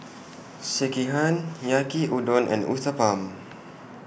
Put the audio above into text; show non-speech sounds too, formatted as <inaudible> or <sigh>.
Sekihan Yaki Udon and Uthapam <noise>